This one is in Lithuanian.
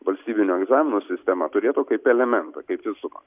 valstybinių egzaminų sistemą turėtų kaip elementą kaip visumą